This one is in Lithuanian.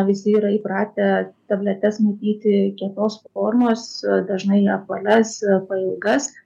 visi yra įpratę tabletes matyti kietos formos dažnai apvalias pailgas